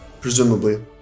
Presumably